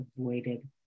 avoided